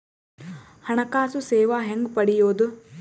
ಹಣಕಾಸು ಸೇವಾ ಹೆಂಗ ಪಡಿಯೊದ?